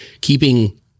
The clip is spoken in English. keeping